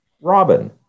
robin